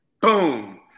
Boom